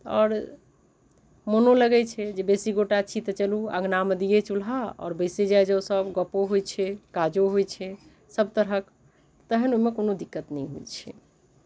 आओर मोनो लगै छै जे बेसी गोटा छी तऽ चलू अङ्गनामे दियै चूल्हा आओर बैसै जाइ जाउ सब गपो होइ छै काजो होइ छै सब तरहक तहन ओइमे कोनो दिक्कत नहि होइ छै